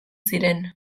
ziren